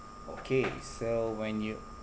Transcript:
okay so when you